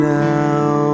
now